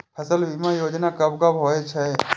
फसल बीमा योजना कब कब होय छै?